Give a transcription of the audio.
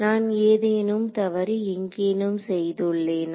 நான் ஏதேனும் தவறு எங்கேனும் செய்துள்ளேனா